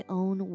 own